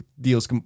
deals